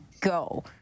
go